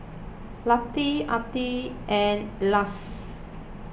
Latif Aqil and Elyas